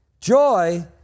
Joy